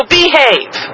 behave